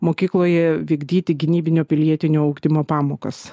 mokykloje vykdyti gynybinio pilietinio ugdymo pamokas